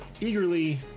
eagerly